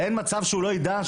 אין מצב שהוא לא יידע.